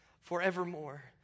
forevermore